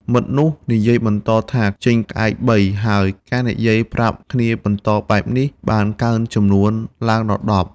មិត្តនោះនិយាយបន្តថាចេញក្អែកបី ហើយការនិយាយប្រាប់គ្នាបន្តបែបនេះ បានកើនចំនួនឡើងដល់ដប់ ។